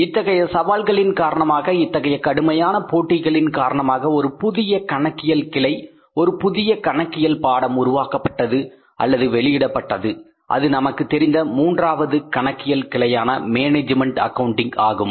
இத்தகைய சவால்களின் காரணமாக இத்தகைய கடுமையான போட்டிகளின் காரணமாக ஒரு புதிய கணக்கியல் கிளை ஒரு புதிய கணக்கியல் பாடம் உருவாக்கப்பட்டது அல்லது வெளிப்பட்டது அது நமக்கு தெரிந்த மூன்றாவது கணக்கியல் கிளையான மேனேஜ்மெண்ட் அக்கவுண்டிங் ஆகும்